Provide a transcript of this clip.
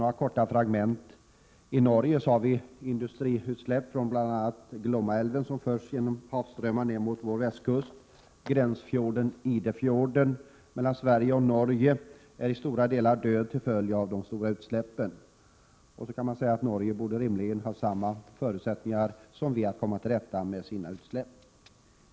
Några fragment: I Norge förekommer industriutsläpp från bl.a. Glommaälven, vilka förs genom havsströmmar ner mot vår västkust; Idefjorden på gränsen mellan Sverige och Norge är i stora delar död till följd av de stora utsläppen. Man kan säga att Norge rimligen borde ha samma förutsättningar som Sverige att komma till rätta med de egna utsläppen.